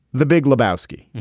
the big lebowski.